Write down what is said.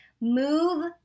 Move